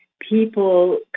people